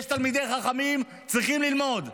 יש תלמידי חכמים שצריכים ללמוד,